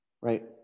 right